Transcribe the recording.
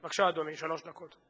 בבקשה, אדוני, שלוש דקות.